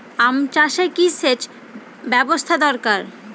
আম চাষে কি সেচ ব্যবস্থা দরকার?